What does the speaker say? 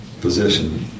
position